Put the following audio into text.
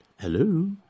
Hello